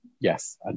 yes